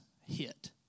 hit